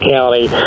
County